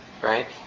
right